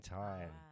time